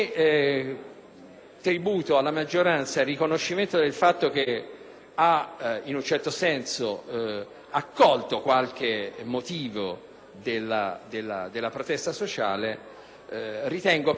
tributo alla maggioranza il riconoscimento del fatto che essa ha in un certo senso accolto qualche motivo della protesta sociale, ma ritengo che